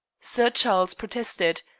sir charles protested.